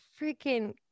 freaking